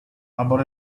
about